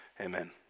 amen